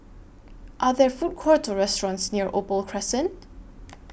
Are There Food Courts Or restaurants near Opal Crescent